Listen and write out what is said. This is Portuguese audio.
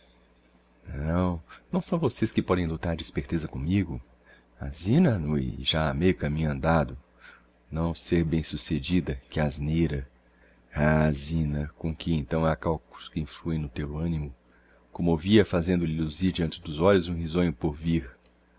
não não são vocês que podem luctar de esperteza commigo a zina annue e já é meio caminho andado não ser bem succedida que asneira ah zina com que então ha calculos que influem no teu animo commovi a fazendo-lhe luzir deante dos olhos um risonho porvir